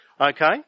okay